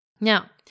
Now